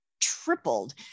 tripled